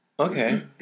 Okay